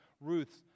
Ruth's